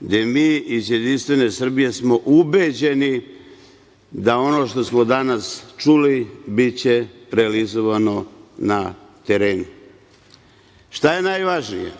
gde mi iz Jedinstvene Srbije smo ubeđeni da ono što smo danas čuli biće realizovano na terenu. Šta je najvažnije?